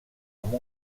amb